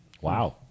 Wow